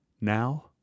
Now